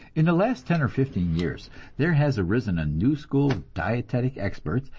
in the last ten or fifteen years there has arisen a new school of dietetic experts,